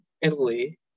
Italy